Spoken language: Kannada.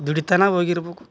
ದುಡಿತನ ಹೋಗಿರ್ಬೇಕು